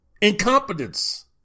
Incompetence